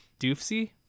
Doofsy